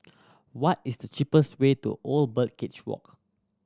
what is the cheapest way to Old Birdcage Walk